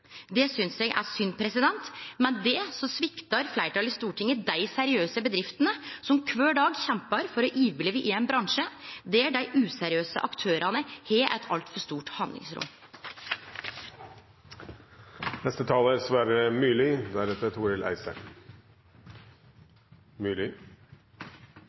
Det synest eg er synd. Med dette sviktar fleirtalet i Stortinget dei seriøse bedriftene som kvar dag kjempar for å overleve i ein bransje der dei useriøse aktørane har eit altfor stort